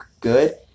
good